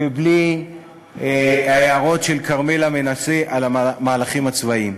ובלי ההערות של כרמלה מנשה על המהלכים הצבאיים.